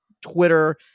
Twitter